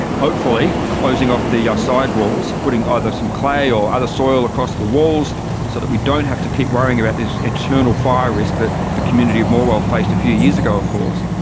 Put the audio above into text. hopefully closing off the ah side walls, putting either some clay or other soil across the the walls so that we don't have to keep worrying about this eternal fire risk that the community of morwell faced a few years ago of course.